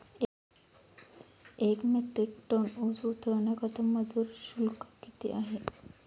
एक metric ton ऊस उतरवण्याकरता मजूर शुल्क किती आहे?